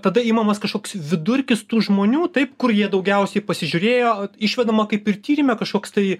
tada imamas kažkoks vidurkis tų žmonių taip kur jie daugiausiai pasižiūrėjo išvedama kaip ir tyrime kažkoks tai